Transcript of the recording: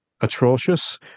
atrocious